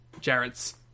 Jarrett's